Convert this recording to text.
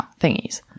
thingies